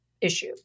issue